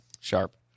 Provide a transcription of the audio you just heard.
sharp